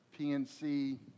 PNC